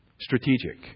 Strategic